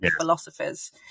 philosophers